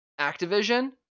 Activision